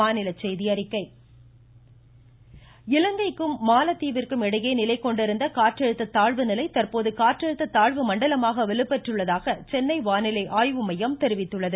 மழை இலங்கைக்கும் மாலத்தீவிற்கும் இடையே நிலைகொண்டிருந்த காற்றழுத்த தாழ்வுநிலை தற்போது காற்றழுத்த தாழ்வு மண்டலமாக வலுப்பெற்றுள்ளதாக சென்னை வானிலை ஆய்வு மையம் தெரிவித்துள்ளது